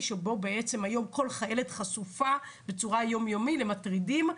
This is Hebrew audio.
שבו למעשה היום כל חיילת חשופה בצורה יום-יומית למטרידים.